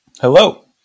Hello